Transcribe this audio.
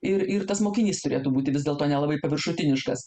ir ir tas mokinys turėtų būti vis dėlto nelabai paviršutiniškas